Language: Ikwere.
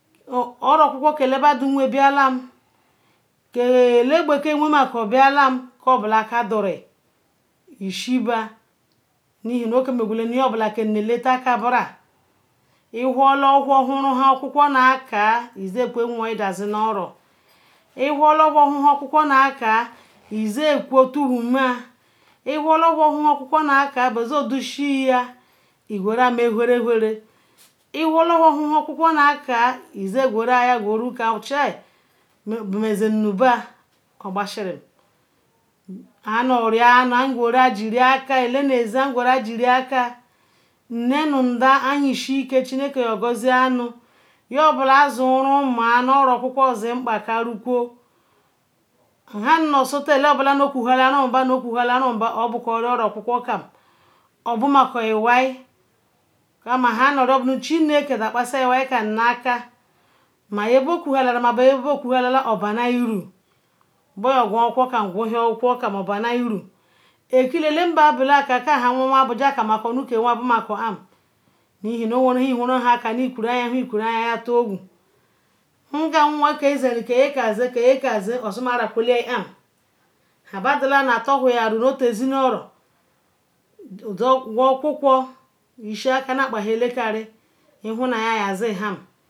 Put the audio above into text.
oro oku ku ke ba ka badon wen biala ke ala beke weren biala cobola aker doriu ishi ba echin oke megul lala yin bola nu latal aker bra ihor iyo han nhan okuku nakia ihor ihurn nhan nakia ihor ihurun nhan okuku naka izen kwe adazorunu oro ihorlo hor izen kwe tuwhoma ihor iohor make be izen dosi igurou tuwnoman ihorlohor ihan nhan okuku na kar izen mei aker ogbasiri menu zennba ana roanu an gura jiden aker nne nu ada anu ishi ahon God nake yo gozinal yazinu kpa karo kwu han nu sol tan kuha la rumoba nu oro okuku chineke ya kposi iwai kam nu aker ma ya bo kuhala my yin bukohala oyobana iru ekila alaban kala nu nwonba bo am janal ganuba nu ke boko am ihin oweri nhan ihuohan kana ikuru ayan ikuru ayan nu ya tuogon nga nwon zen ke ya zen ozioma ra kwi ham han baduon larol mobo badon etol ware yaru ishi aker ihunayin ye siha